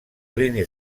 línies